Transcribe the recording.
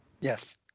Yes